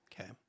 Okay